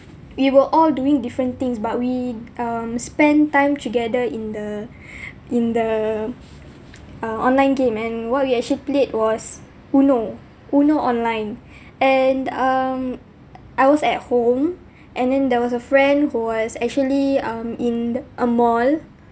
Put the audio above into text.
we were all doing different things but we um spend time together in the in the uh online game and what we actually played was Uno Uno online and um I was at home and then there was a friend who was actually um in the a mall